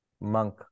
monk